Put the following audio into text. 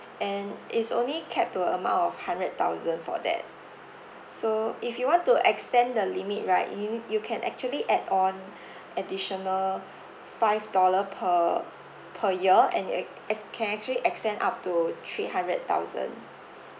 and is only capped to a amount of hundred thousand for that so if you want to extend the limit right you need you can actually add on additional five dollar per per year and you act~ act~ can actually extend up to three hundred thousand